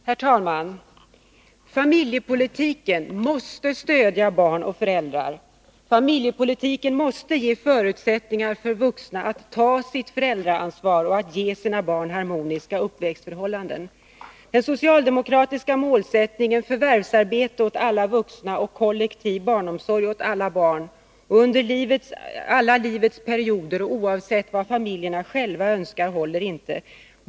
Herr talman! Familjepolitiken måste stödja barn och föräldrar. Familjepolitiken måste skapa förutsättningar för vuxna att ta sitt föräldraansvar och att ge sina barn harmoniska uppväxtförhållanden. Den socialdemokratiska målsättningen ”förvärvsarbete åt alla vuxna och kollektiv barnomsorg åt alla barn” — under livets alla perioder och oavsett vad familjerna själva önskar — håller inte.